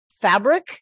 fabric